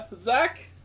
Zach